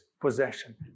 possession